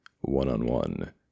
one-on-one